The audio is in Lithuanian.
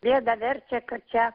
bėdą verčia kad čia